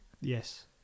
Yes